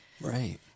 Right